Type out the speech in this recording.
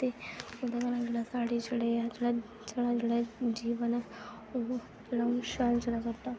ते ओह्दे बाद साढ़े जेहड़े साढ़ा जेह्ड़ा जीवन ओह् जेह्ड़ा शैल चला करदा